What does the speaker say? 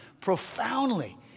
profoundly